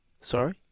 Sorry